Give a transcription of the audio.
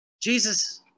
Jesus